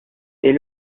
est